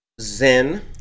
zen